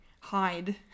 hide